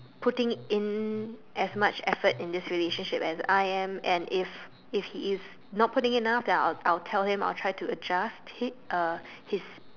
putting in as much effort in this relationship as I am and if if he is not putting enough then I'll I'll tell him I'll try to adjust it uh his